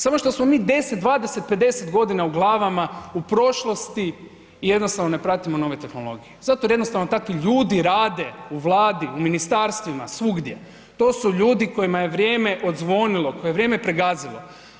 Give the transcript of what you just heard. Samo što smo mi 10, 20, 50 godina u glavama u prošlosti i jednostavno ne pratimo nove tehnologije, zato jer jednostavno takvi ljudi rade u Vladi, u ministarstvima, svugdje, to su ljudi kojima je vrijeme odzvonilo, koje je vrijeme pregazilo.